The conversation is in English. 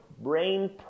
brain